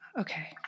Okay